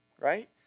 right